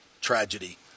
tragedy